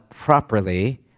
properly